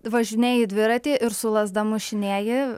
važinėji dviratį ir su lazda mušinėji